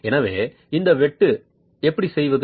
எனவே இந்த வெட்டு எப்படி செய்வது